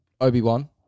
Obi-Wan